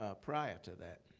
ah prior to that.